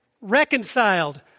reconciled